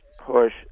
push